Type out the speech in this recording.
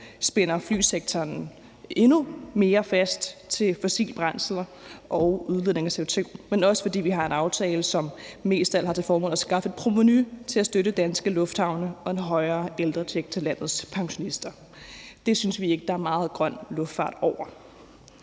spænder flysektoren endnu mere fast til fossile brændsler og udledning af CO2. Men det er også, fordi det er en aftale, som mest af alt har til formål at skaffe et provenu til at støtte danske lufthavne og en højere ældrecheck til landets pensionister. Det synes vi ikke der er meget grøn luftfart over.